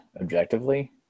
objectively